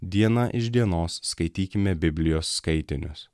diena iš dienos skaitykime biblijos skaitinius